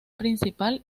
principal